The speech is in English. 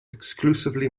exclusively